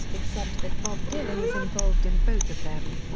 except that bob dylan was involved in both of them.